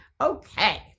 Okay